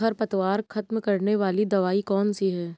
खरपतवार खत्म करने वाली दवाई कौन सी है?